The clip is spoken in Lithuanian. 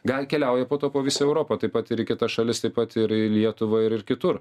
gal keliauja po to po visą europą taip pat ir į kitas šalis taip pat ir į lietuvą ir kitur